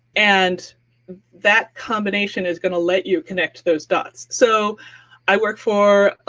and that combination is going to let you connect those dots. so i work for,